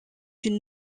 une